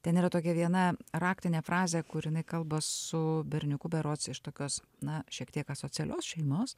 ten yra tokia viena raktinė frazė kur jinai kalba su berniuku berods iš tokios na šiek tiek asocialios šeimos